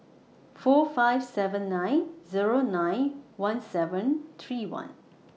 four five seven nine Zero nine one seven three one